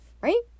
right